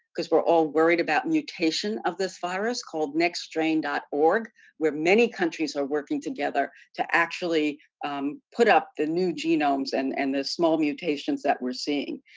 because we're all worried about mutation of this virus, called nextstrain dot org where many countries are working together to actually put up the new genomes and and the small mutations that we're seeing.